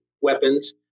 weapons